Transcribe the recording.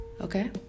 okay